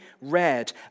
read